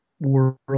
world